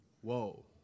whoa